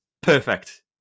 Perfect